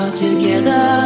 together